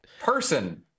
person